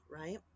right